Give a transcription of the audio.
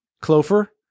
clover